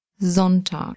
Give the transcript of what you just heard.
Sonntag